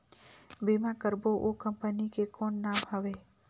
बीमा करबो ओ कंपनी के कौन नाम हवे?